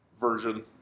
version